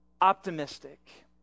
optimistic